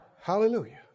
Hallelujah